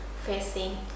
facing